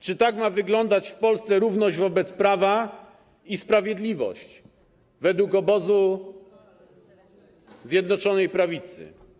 Czy tak ma wyglądać w Polsce równość wobec prawa i sprawiedliwość według obozu Zjednoczonej Prawicy?